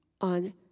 on